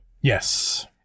Yes